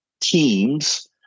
teams